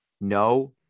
No